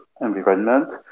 environment